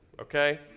okay